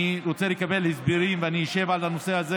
אני רוצה לקבל הסברים ואני אשב על הנושא הזה.